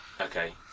Okay